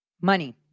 Money